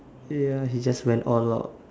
ya he just went all out